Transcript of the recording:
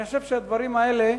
אני חושב שהדברים האלה,